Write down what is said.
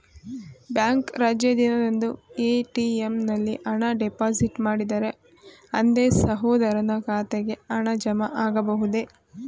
Bank ರಜೆ ದಿನದಂದು ATM ನಲ್ಲಿ ಹಣ ಡಿಪಾಸಿಟ್ ಮಾಡಿದರೆ ಅಂದೇ ಸಹೋದರನ ಖಾತೆಗೆ ಹಣ ಜಮಾ ಆಗಬಹುದೇ?